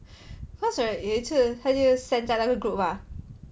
cause right 有一次他就 send 在那个 group ah